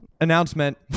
announcement